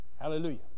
Hallelujah